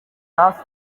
hafi